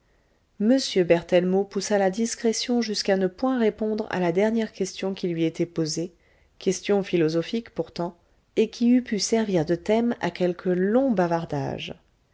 m berthellemot poussa la discrétion jusqu'à ne point répondre à la dernière question qui lui était posée question philosophique pourtant et qui eût pu servir de thème à quelque long bavardage